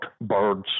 birds